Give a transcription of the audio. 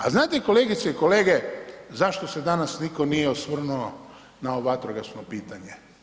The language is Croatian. A znate kolegice i kolege zašto se danas nitko nije osvrnuo na ovo vatrogasno pitanje?